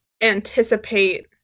anticipate